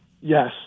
Yes